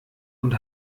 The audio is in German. und